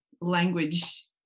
language